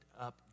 up